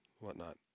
whatnot